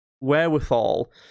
wherewithal